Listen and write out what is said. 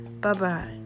Bye-bye